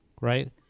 right